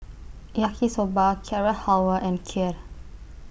Yaki Soba Carrot Halwa and Kheer